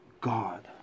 God